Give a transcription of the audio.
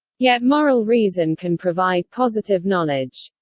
yet moral reason can provide positive knowledge.